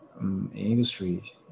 industry